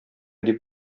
дип